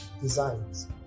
designs